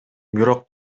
бирок